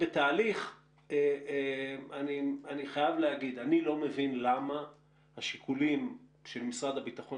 אני לא מבין למה השיקולים של משרד הביטחון